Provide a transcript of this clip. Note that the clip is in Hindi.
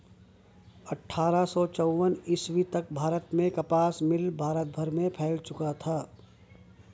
अट्ठारह सौ चौवन ईस्वी तक भारत में कपास मिल भारत भर में फैल चुका था